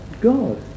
God